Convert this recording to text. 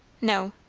no.